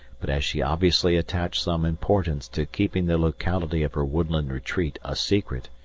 but as she obviously attached some importance to keeping the locality of her woodland retreat a secret,